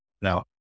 Now